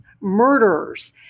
murderers